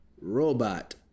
robot